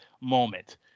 moment